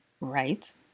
Right